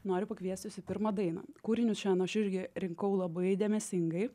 noriu pakviest jus į pirmą dainą kūrinius šiandien aš irgi rinkau labai dėmesingai